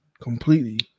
completely